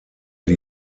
die